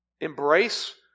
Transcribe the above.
Embrace